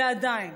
ועדיין